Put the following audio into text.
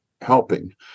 helping